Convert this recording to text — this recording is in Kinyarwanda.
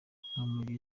humble